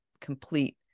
complete